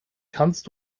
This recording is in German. kannst